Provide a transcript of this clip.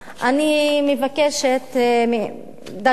אני מבקשת דרכך,